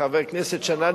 חבר הכנסת שנאן,